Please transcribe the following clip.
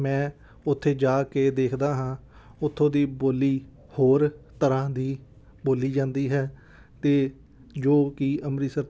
ਮੈਂ ਉੱਥੇ ਜਾ ਕੇ ਦੇਖਦਾ ਹਾਂ ਉੱਥੋਂ ਦੀ ਬੋਲੀ ਹੋਰ ਤਰ੍ਹਾਂ ਦੀ ਬੋਲੀ ਜਾਂਦੀ ਹੈ ਅਤੇ ਜੋ ਕਿ ਅੰਮ੍ਰਿਤਸਰ